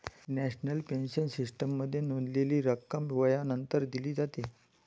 national pension सिस्टीममध्ये नोंदवलेली रक्कम वयानंतर दिली जाते